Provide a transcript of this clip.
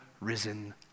risen